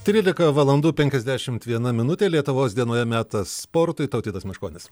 trylika valandų penkiasdešimt viena minutė lietuvos dienoje metas sportui tautvydas meškonis